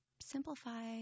Simplify